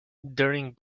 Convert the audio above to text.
during